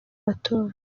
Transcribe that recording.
matora